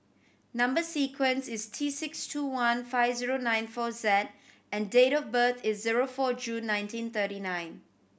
number sequence is T six two one five zero nine four Z and date of birth is zero four June nineteen thirty nine